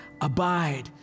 Abide